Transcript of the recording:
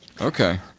okay